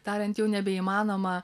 tariant jau nebeįmanoma